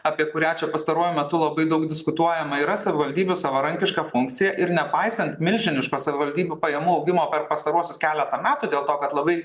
apie kurią čia pastaruoju metu labai daug diskutuojama yra savivaldybių savarankiška funkcija ir nepaisant milžiniško savivaldybių pajamų augimo per pastaruosius keletą metų dėl to kad labai